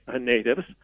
natives